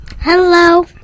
Hello